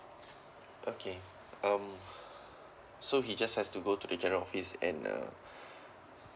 okay um so he just has to go to the general office and uh